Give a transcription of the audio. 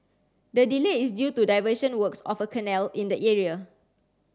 the delay is due to diversion works of a canal in the area